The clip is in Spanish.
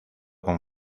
con